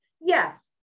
Yes